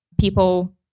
people